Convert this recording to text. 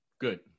good